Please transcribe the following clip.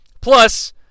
Plus